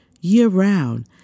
year-round